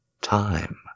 time